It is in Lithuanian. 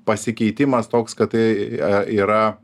pasikeitimas toks kad tai yra